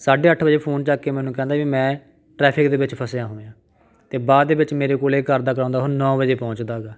ਸਾਢੇ ਅੱਠ ਵਜੇ ਫ਼ੋਨ ਚੱਕ ਕੇ ਮੈਨੂੰ ਕਹਿੰਦਾ ਵੀ ਮੈਂ ਟਰੈਫਿਕ ਦੇ ਵਿੱਚ ਫਸਿਆ ਹੋਇਆ ਅਤੇ ਬਾਅਦ ਦੇ ਵਿੱਚ ਮੇਰੇ ਕੋਲ ਕਰਦਾ ਕਰਵਾਉਂਦਾ ਉਹ ਨੌ ਵਜੇ ਪਹੁੰਚਦਾ ਹੈਗਾ